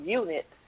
unit